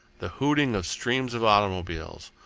the hooting of streams of automobiles,